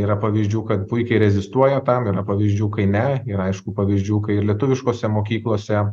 yra pavyzdžių kad puikiai rezistuoja pergalė pavyzdžių kai ne ir aišku pavyzdžių kai ir lietuviškose mokyklose